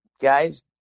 guys